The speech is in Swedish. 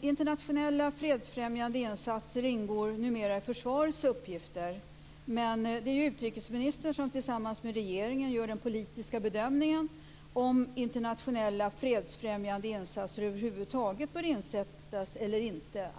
Internationella fredsfrämjande insatser ingår numera i försvarets uppgifter, men jag antar att det är utrikesministern som tillsammans med regeringen gör den politiska bedömningen om internationella fredsfrämjande insatser över huvud taget bör insättas eller inte.